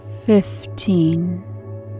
fifteen